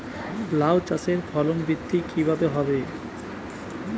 লাউ চাষের ফলন বৃদ্ধি কিভাবে হবে?